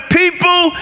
people